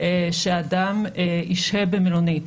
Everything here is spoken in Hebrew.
שאדם ישהה במלונית.